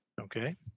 Okay